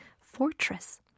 fortress